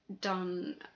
done